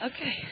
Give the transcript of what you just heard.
Okay